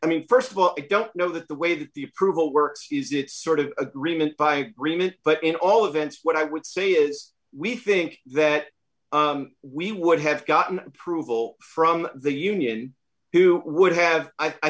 i mean st of all i don't know that the way that the approval works is it's sort of agreement by remit but in all events what i would say is we think that we would have gotten approval from the union who would have i